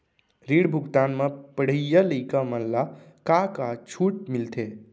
ऋण भुगतान म पढ़इया लइका मन ला का का छूट मिलथे?